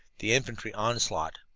the infantry onslaught,